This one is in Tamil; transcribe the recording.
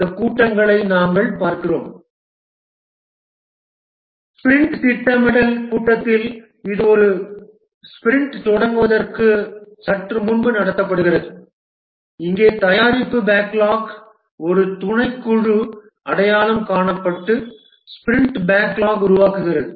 இந்த கூட்டங்களை நாங்கள் பார்க்கிறோம் ஸ்பிரிண்ட் திட்டமிடல் கூட்டத்தில் இது ஒரு ஸ்பிரிண்ட் தொடங்குவதற்கு சற்று முன்பு நடத்தப்படுகிறது இங்கே தயாரிப்பு பேக்லாக் ஒரு துணைக்குழு அடையாளம் காணப்பட்டு ஸ்பிரிண்ட் பேக்லாக் உருவாகிறது